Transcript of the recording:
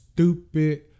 Stupid